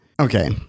Okay